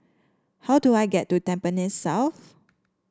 how do I get to Tampines South